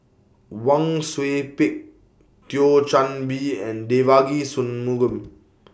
Wang Sui Pick Thio Chan Bee and Devagi Sanmugam